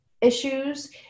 issues